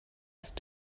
ist